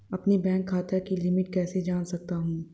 अपने बैंक खाते की लिमिट कैसे जान सकता हूं?